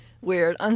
weird